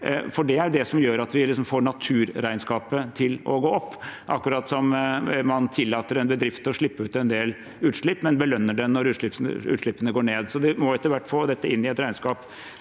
for det er dette som gjør at vi får naturregnskapet til å gå opp. Det er akkurat som at man tillater en bedrift å slippe ut en del, men belønner den når utslippene går ned. Vi må etter hvert få dette inn i et regnskap.